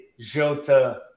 Jota